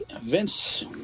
Vince